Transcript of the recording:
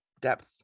depth